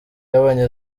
yabonye